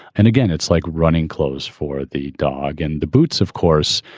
and again, it's like running close for the dog and the boots. of course,